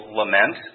lament